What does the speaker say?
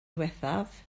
ddiwethaf